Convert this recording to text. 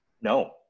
No